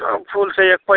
सब फूल छै एकपर